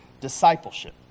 discipleship